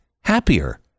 happier